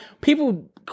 People